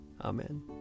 Amen